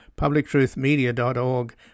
publictruthmedia.org